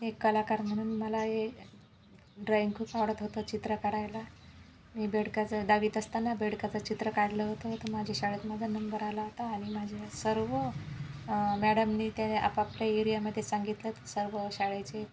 एक कलाकार म्हणून मला ए ड्रॉईंग खूप आवडत होतं चित्र काढायला मी बेडकाचं दहावीत असताना बेडकाचं चित्र काढलं होतं तर माझी शाळेत माझा नंबर आला होता आणि माझ्या सर्व मॅडमनी ते आपापल्या एरियामध्ये सांगितलं सर्व शाळेचे